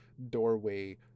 doorway